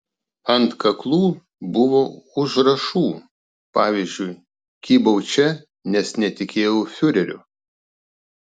ant kaklų buvo užrašų pavyzdžiui kybau čia nes netikėjau fiureriu